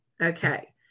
Okay